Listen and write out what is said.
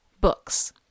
books